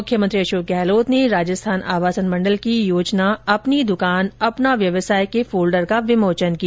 मुख्यमंत्री अशोक गहलोत ने राजस्थान आवासन मण्डल की योजना अपनी द्कान अपना व्यवसाय के फोल्डर का विमोचन किया